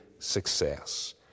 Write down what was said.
Success